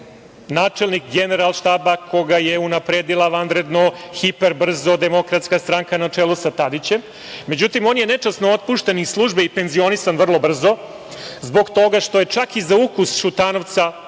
načelnik Generalštaba koga je unapredila vanredno, hiperbrzo DS, na čelu sa Tadićem, međutim, on je nečasno otpušen iz službe i penzionisan vrlo brzo zbog toga što je čak i za ukus Šutanovca,